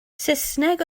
saesneg